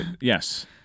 Yes